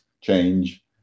change